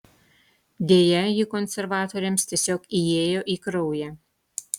deja ji konservatoriams tiesiog įėjo į kraują